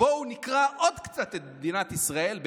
בואו נקרע עוד קצת את מדינת ישראל.